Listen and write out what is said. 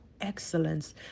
excellence